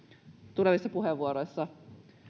tulevissa puheenvuoroissa